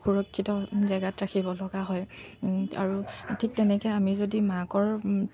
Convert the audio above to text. সুৰক্ষিত জেগাত ৰাখিব লগা হয় আৰু ঠিক তেনেকৈ আমি যদি মাকৰ